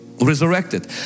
resurrected